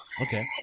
Okay